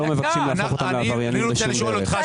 מבקשים להפוך אותם לעבריינים בשום דרך.